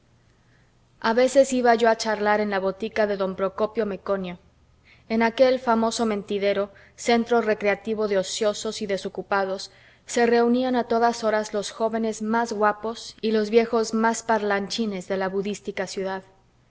a veces iba yo a charlar en la botica de don procopio meconio en aquel famoso mentidero centro recreativo de ociosos y desocupados se reunían a todas horas los jóvenes más guapos y los viejos más parlanchines de la budística ciudad